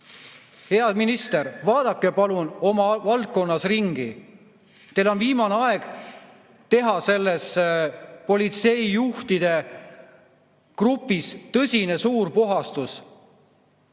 Hea minister, vaadake palun oma valdkonnas ringi. Teil on viimane aeg teha selles politseijuhtide grupis tõsine suurpuhastus.